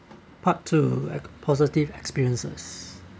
part two positive experiences